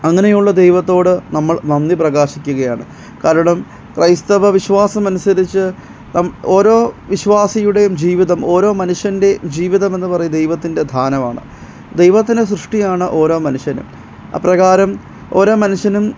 അങ്ങനെയുള്ള ദൈവത്തോട് നമ്മൾ നന്ദി പ്രകാശിക്കുകയാണ് കാരണം ക്രൈസ്തവ വിശ്വാസം അനുസരിച്ച് ഇപ്പം ഓരോ വിശ്വാസിയുടെയും ജീവിതം ഓരോ മനുഷ്യൻറെ ജീവിതം എന്ന് പറയുന്നത് ദൈവത്തിൻറെ ദാനമാണ് ദൈവത്തിൻറെ സൃഷ്ടിയാണ് ഓരോ മനുഷ്യനും അപ്രകാരം ഓരോ മനുഷ്യനും